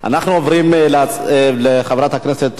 אנחנו עוברים לחברת הכנסת אורלי.